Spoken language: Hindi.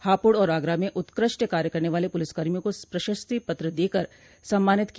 हापुड़ और आगरा में उत्कृष्ट कार्य करने वाले पुलिसकर्मियों को प्रशस्ति पत्र देकर सम्मानित किया